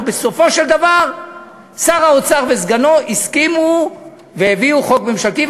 ובסופו של דבר שר האוצר וסגנו הסכימו והביאו חוק ממשלתי,